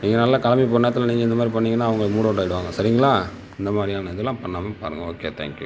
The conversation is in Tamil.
நீங்கள் நல்லா கிளம்பி போகற நேரத்தில் நீங்கள் இந்தமாதிரி பண்ணிங்கன்னா அவங்க மூட் அவுட் ஆயி விடுவாங்க சரிங்களா இந்தமாதிரியான இதெல்லாம் பண்ணாம பாருங்கள் ஓகே தேங்க் யூ